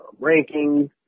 rankings